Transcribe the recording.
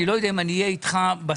אני לא יודע אם אהיה אתך בסוף,